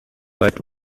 but